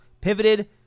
pivoted